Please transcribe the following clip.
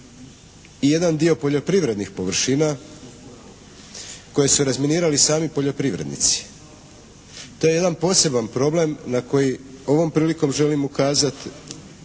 i jedan dio poljoprivrednih površina koje su razminirali sami poljoprivrednici. To je jedan poseban problem na koji ovom prilikom želim ukazati